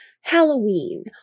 Halloween